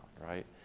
right